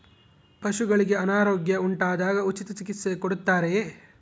ಪಶುಗಳಿಗೆ ಅನಾರೋಗ್ಯ ಉಂಟಾದಾಗ ಉಚಿತ ಚಿಕಿತ್ಸೆ ಕೊಡುತ್ತಾರೆಯೇ?